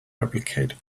replicate